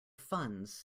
funds